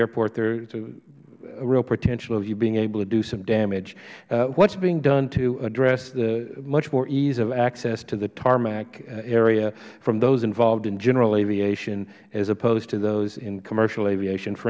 airport there is a real potential of you being able to do some damage what is being done to address much more ease of access to the tarmac area from those involved in general aviation as opposed to those in commercial aviation for